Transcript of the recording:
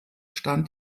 stand